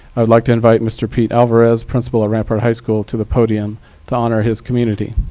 i would like to invite mr. pete alvarez, principal of rampart high school, to the podium to honor his community.